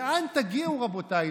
לאן תגיעו, רבותיי?